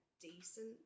decent